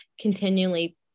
continually